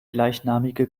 gleichnamige